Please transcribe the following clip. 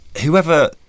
whoever